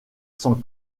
sans